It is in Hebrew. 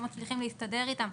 לא מצליחים להסתדר איתם.